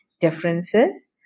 differences